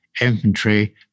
infantry